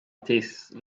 tastes